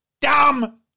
dumb